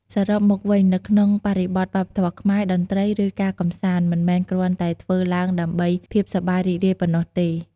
សរុបមកវិញ នៅក្នុងបរិបទវប្បធម៌ខ្មែរ តន្ត្រី ឬ ការកម្សាន្ត មិនមែនគ្រាន់តែធ្វើឡើងដើម្បីភាពសប្បាយរីករាយប៉ុណ្ណោះទេ។